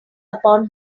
upon